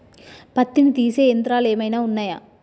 పత్తిని తీసే యంత్రాలు ఏమైనా ఉన్నయా?